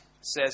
says